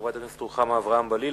חברת הכנסת רוחמה אברהם-בלילא.